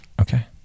Okay